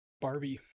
Barbie